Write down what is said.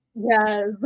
Yes